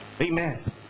amen